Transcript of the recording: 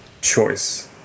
choice